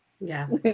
Yes